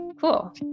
Cool